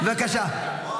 בבקשה.